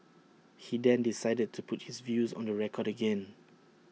he then decided to put his views on the record again